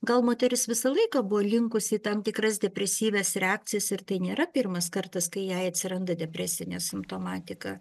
gal moteris visą laiką buvo linkusi į tam tikras depresyvias reakcijas ir tai nėra pirmas kartas kai jai atsiranda depresinė simptomatika